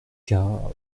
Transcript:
car